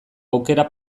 aukera